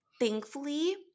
Thankfully